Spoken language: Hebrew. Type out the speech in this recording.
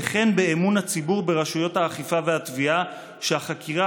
וכן באמון הציבור ברשויות האכיפה והתביעה שהחקירה